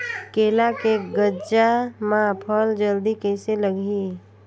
केला के गचा मां फल जल्दी कइसे लगही?